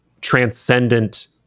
transcendent